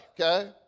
Okay